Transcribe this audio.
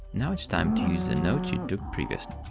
now it's time to use the notes you took previously.